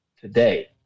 today